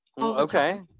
Okay